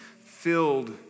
filled